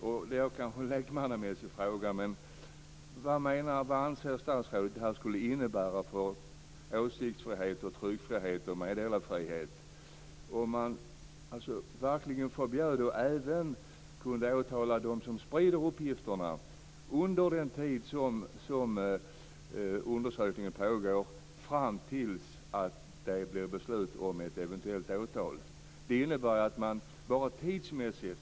Detta är kanske en lekmannamässig fråga men jag ställer den ändå: Vad anser statsrådet att det skulle innebära för åsiktsfriheten, tryckfriheten och meddelarfriheten om man förbjöd spridning av uppgifterna bara under den tid som undersökningen pågår tills det blir beslut om eventuellt åtal? Då kunde man alltså även åtala dem som sprider uppgifterna.